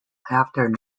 after